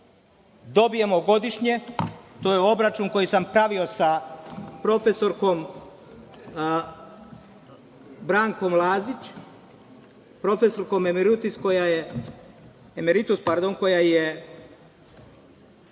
dobijemo godišnje, to je obračun koji sam pravio sa prof. Brankom Lazić, prof. Emeritus koja je